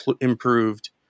improved